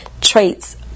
traits